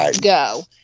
Go